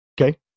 Okay